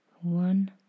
one